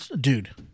dude